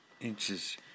inches